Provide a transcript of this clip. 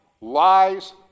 lies